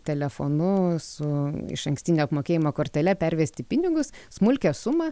telefonu su išankstinio apmokėjimo kortele pervesti pinigus smulkią sumą